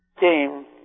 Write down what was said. game